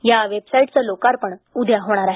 या वेबसाईटचे लोकार्पण उद्या होणार आहे